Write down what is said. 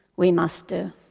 we must do.